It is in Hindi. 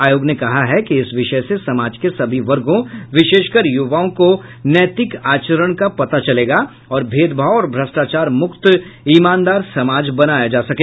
आयोग ने कहा है कि इस विषय से समाज के सभी वर्गों विशेषकर यूवाओं को नैतिक आचरण का पता चलेगा और भेदभाव और भ्रष्टाचार मुक्त ईमानदार समाज बनाया जा सके